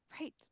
Right